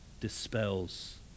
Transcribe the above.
dispels